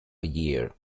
year